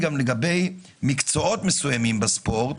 לגבי מקצועות מסוימים בספורט,